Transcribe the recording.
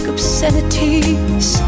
obscenities